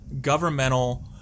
governmental –